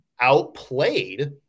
outplayed